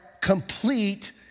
complete